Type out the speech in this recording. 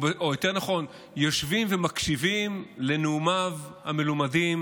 או יותר נכון יושבים ומקשיבים לנאומיו המלומדים